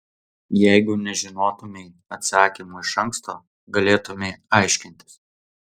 jeigu nežinotumei atsakymo iš anksto galėtumei aiškintis